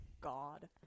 god